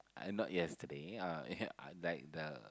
I not yesterday uh ya I like the